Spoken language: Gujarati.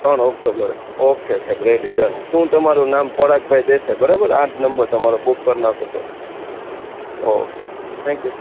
ડન ઓકે બરોબર ઓકે સાહેબ રેડી ડન હું તામરું નામ પરાગ ભાઈ દેસાઈ બરાબર આ જ નંબર તમારું બૂક કરી નાખું છું ઓકે થેન્ક યૂ સર